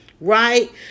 Right